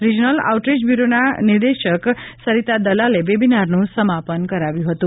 regional outreach બ્યૂરોના નિદેશક સરિતા દલાલે વેબીનારનું સમાપન કરાવ્યં હતું